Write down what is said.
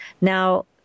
Now